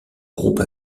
groupe